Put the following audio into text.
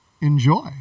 Enjoy